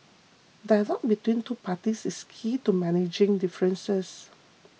dialogue between two parties is key to managing differences